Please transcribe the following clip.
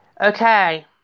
Okay